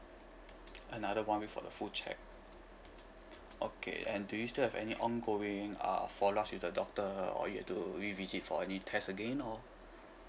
another one with a full check okay and do you still have any ongoing ah follow up with the doctor or you have to revisit for any test again or